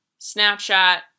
Snapchat